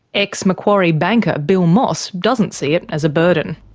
ex macquarie banker bill moss doesn't see it as a burden.